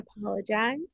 apologize